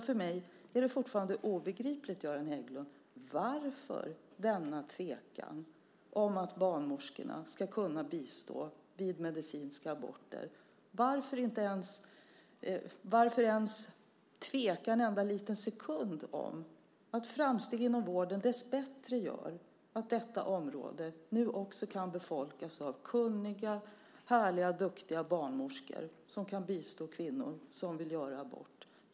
För mig är det fortfarande obegripligt, Göran Hägglund: Varför denna tvekan om att barnmorskorna ska kunna bistå vid medicinska aborter? Varför tveka en enda sekund om att framsteg inom vården dess bättre gör att detta område nu också kan befolkas av kunniga, härliga, duktiga barnmorskor som kan bistå kvinnor som vill göra abort?